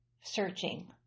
searching